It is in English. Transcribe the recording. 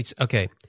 okay